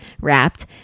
wrapped